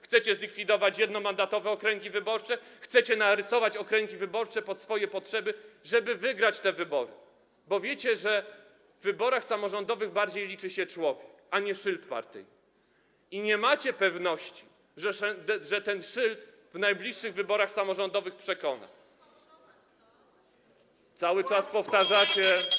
Chcecie zlikwidować jednomandatowe okręgi wyborcze, chcecie narysować okręgi wyborcze pod swoje potrzeby, żeby wygrać te wybory, bo wiecie, że w wyborach samorządowych bardziej liczy się człowiek niż szyld partyjny, i nie macie pewności, że ten szyld w najbliższych wyborach samorządowych kogoś przekona.